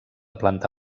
planta